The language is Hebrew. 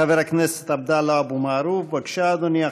חבר הכנסת עבדאללה אבו מערוף, בבקשה, אדוני.